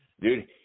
Dude